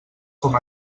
com